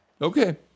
Okay